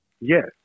Yes